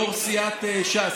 יו"ר סיעת ש"ס,